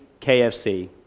KFC